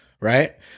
right